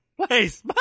please